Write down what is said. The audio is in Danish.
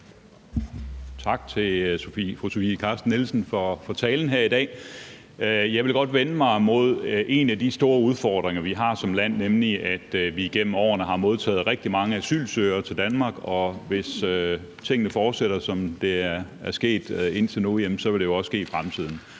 Tak til fru Sofie Carsten Nielsen for talen her i dag. Jeg vil godt vende mig mod en af de store udfordringer, vi har som land, nemlig at vi igennem årene har modtaget rigtig mange asylsøgere, og hvis tingene fortsætter som indtil nu, vil det jo også ske i fremtiden.